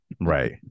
right